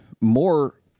more